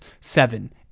seven